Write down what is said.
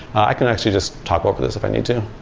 i can actually just talk over this, if i need to.